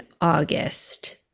August